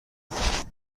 خوب